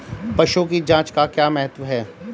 पशुओं की जांच का क्या महत्व है?